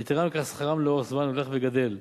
יתירה מכך, שכרם לאורך זמן הולך וגדל.